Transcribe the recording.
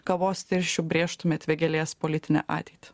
kavos tirščių brėžtumėt vėgėlės politinę ateitį